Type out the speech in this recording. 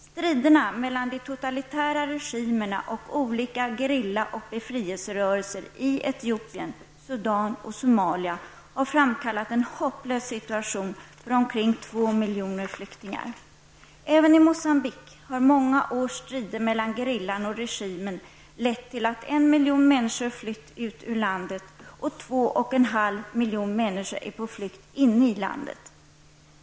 Striderna mellan de totalitära regimerna och olika gerilla och befrielserörelser i Etiopien, Sudan och Somalia har framkallat en hopplös situation för omkring två miljoner flyktingar. Även i Moçambique har många års strider mellan gerillan och regimen lett till att en miljon människor flytt ur landet och att två och en halv miljoner människor är på flykt inne i landet.